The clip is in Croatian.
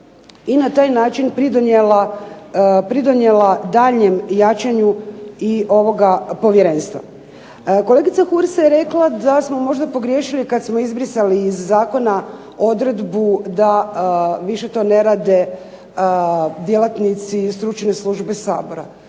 i na taj način pridonijela daljnjem jačanju i ovoga povjerenstva. Kolegica Hursa je rekla da smo možda pogriješili kada smo izbrisali iz zakona odredbu da više to ne rade djelatnici iz Stručne službe Sabora.